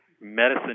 medicine